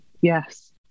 Yes